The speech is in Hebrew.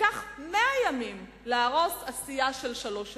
לקח 100 ימים להרוס עשייה של שלוש שנים.